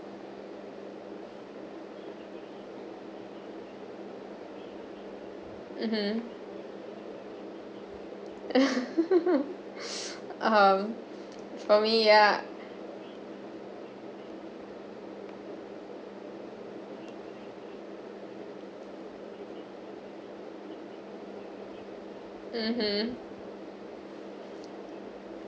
mmhmm um for me ya mmhmm